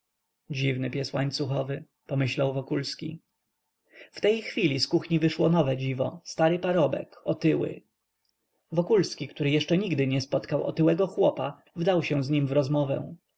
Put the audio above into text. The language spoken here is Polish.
dziwny pies łańcuchowy pomyślał wokulski w tej chwili z kuchni wyszło nowe dziwo stary parobek otyły wokulski który jeszcze nigdy nie spotkał otyłego chłopa wdał się z nim w rozmowę